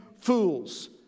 fools